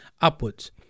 upwards